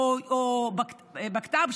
או בקת"ב,